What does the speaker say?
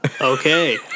Okay